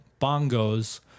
bongos